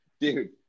dude